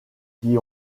qui